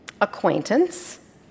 acquaintance